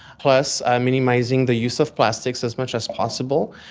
plus minimising the use of plastics as much as possible,